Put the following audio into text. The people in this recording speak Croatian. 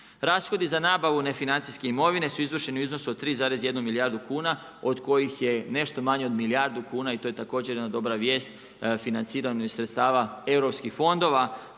Rashodi za nabavu nefinancijske imovine su izvršeni u iznosu od 3,1 milijardu kuna od kojih je nešto manje od milijardu kuna i to je također jedna dobra vijest financirano iz sredstava europskih fondova,